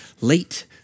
late